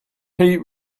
heat